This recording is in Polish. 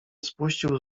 spuścił